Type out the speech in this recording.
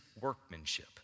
workmanship